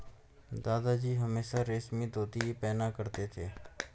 दादाजी हमेशा रेशमी धोती ही पहना करते थे